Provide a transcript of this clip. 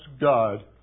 God